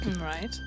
Right